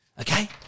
Okay